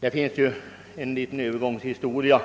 Det finns en övergångsbestämmelse